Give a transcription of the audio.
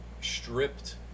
stripped